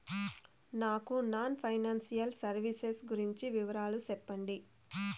నాకు non financial services గురించి వివరాలు సెప్పండి?